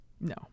No